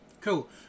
Cool